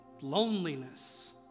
loneliness